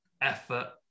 effort